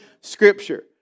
Scripture